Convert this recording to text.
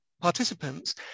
participants